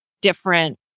different